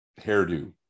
hairdo